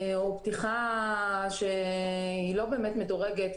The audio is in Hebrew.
או פתיחה שהיא לא באמת מדורגת,